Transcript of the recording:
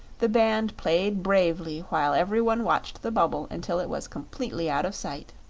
the band played bravely while every one watched the bubble until it was completely out of sight.